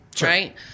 right